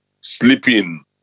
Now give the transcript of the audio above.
sleeping